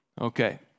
Okay